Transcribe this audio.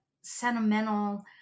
sentimental